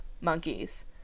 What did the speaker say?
monkeys